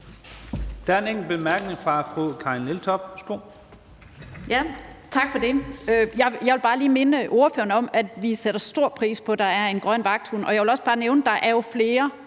Der er en enkelt kort bemærkning fra fru Karin Liltorp.